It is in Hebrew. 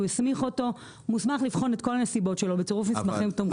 הסמיך אותו מוסמך לבחון את כל הנסיבות שלו בצירוף מסמכים תומכים.